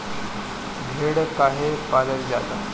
भेड़ काहे पालल जाला?